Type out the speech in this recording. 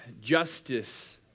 justice